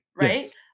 right